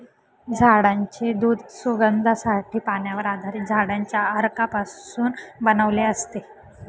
झाडांचे दूध सुगंधासाठी, पाण्यावर आधारित झाडांच्या अर्कापासून बनवलेले असते